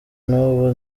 n’ubu